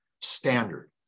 standard